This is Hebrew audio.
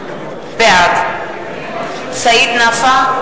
בעד סעיד נפאע,